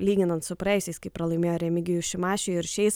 lyginant su praėjusiais kai pralaimėjo remigijui šimašiui ir šiais